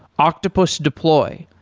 octopus deploy,